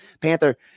panther